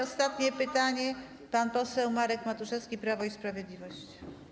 Ostatnie pytanie, pan poseł Marek Matuszewski, Prawo i Sprawiedliwość.